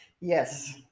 yes